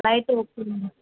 అలా అయితే ఓకే అండి